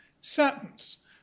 sentence